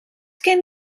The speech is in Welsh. gen